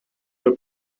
für